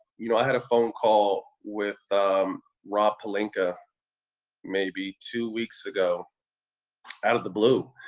you know, i had a phone call with rob pelinka maybe two weeks ago out of the blue.